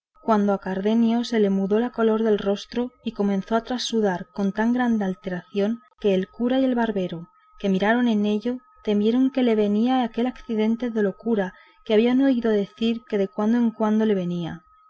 cuando a cardenio se le mudó la color del rostro y comenzó a trasudar con tan grande alteración que el cura y el barbero que miraron en ello temieron que le venía aquel accidente de locura que habían oído decir que de cuando en cuando le venía